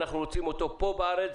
אנחנו רוצים אותו פה בארץ,